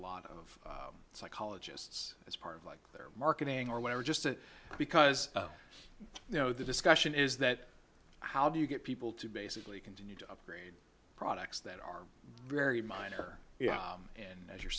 lot of psychologists as part of like their marketing or whatever just because you know the discussion is that how do you get people to basically continue to upgrade products that are very minor and as you're